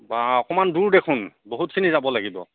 বাৰু অকণমান দূৰ দেখোন বহুতখিনি যাব লাগিব